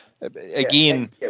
Again